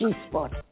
G-spot